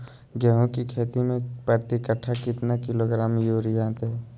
गेंहू की खेती में प्रति कट्ठा कितना किलोग्राम युरिया दे?